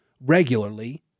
regularly